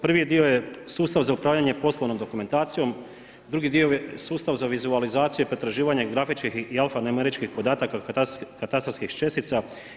Prvi dio je sustav za upravljanje s poslovnom dokumentacijom, drugi dio je sustav za vizualizacije i pretraživanja grafičkih i alfanumeričkih podataka katastarskih čestica.